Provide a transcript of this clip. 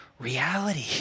Reality